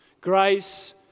Grace